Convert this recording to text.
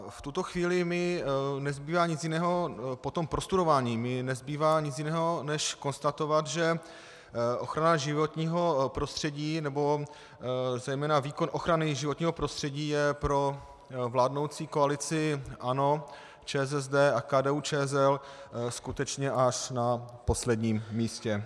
V tuto chvíli mi nezbývá nic jiného, po tom prostudování mi nezbývá nic jiného než konstatovat, že ochrana životního prostředí nebo zejména výkon ochrany životního prostředí je pro vládnoucí koalici ANO, ČSSD a KDUČSL skutečně až na posledním místě.